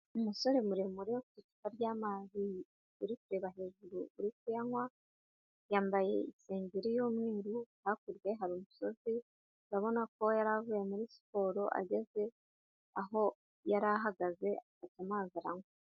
Umusore muremure ufite icupa ry'amazi uri kureba hejuru uri kuyanywa, yambaye isengeri y'umweru, hakurya hari umusozi urabona ko yari avuye muri siporo ageze aho yari ahagaze afata amazi aranywa.